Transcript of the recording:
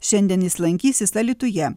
šiandien jis lankysis alytuje